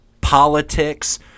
politics